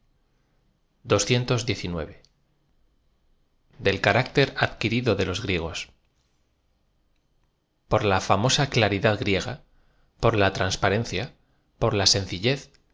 reflexión caráctér adquirido de lo griegos p o r la famosa claridad griega por la transpareo cia por la sencillez